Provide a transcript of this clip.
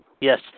Yes